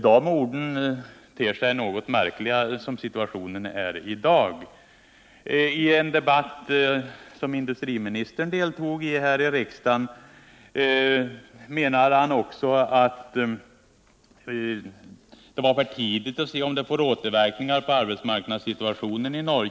De orden ter sig något märkliga som situationen är i dag. I en annan debatt här i riksdagen menade industriministern att det var för tidigt att se om en nedläggning av verksamheten i Norrköping skulle få återverkningar på arbetssituationen där.